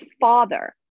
father